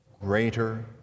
greater